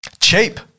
Cheap